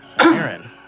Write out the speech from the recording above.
Aaron